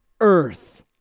earth